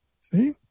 See